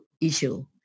issue